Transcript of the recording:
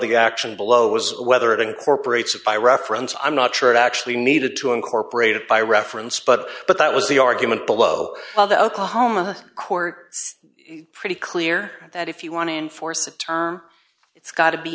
the action below it was whether it incorporates it by reference i'm not sure it actually needed to incorporate it by reference but but that was the argument below the oklahoma court pretty clear that if you want to enforce the term it's got to be